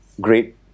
great